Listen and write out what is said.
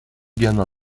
gamin